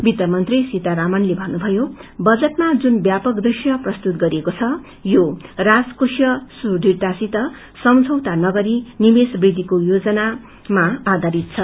वित्त मुंत्री सीतारमणले भन्नुभ्जयो बजटमा जुन व्यापक दृश्य प्रस्तुत गरिएको छ यो राजकोषीय सुटुइतासित सम्झौता नगरी निवेशमा वृद्धिको योजनासित सम्बन्ध छ